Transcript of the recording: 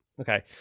Okay